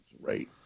right